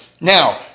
Now